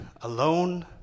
alone